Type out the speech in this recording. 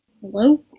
Hello